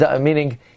Meaning